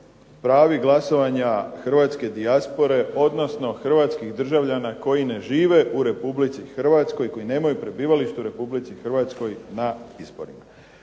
pravi glasovanja hrvatske dijaspore, odnosno hrvatskih državljana koji ne žive u Republici Hrvatskoj, koji nemaju prebivalište u Republici Hrvatskoj na izborima.